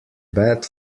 bad